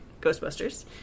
Ghostbusters